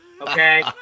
Okay